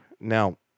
now